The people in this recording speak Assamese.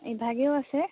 ইভাগেও আছে